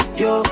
yo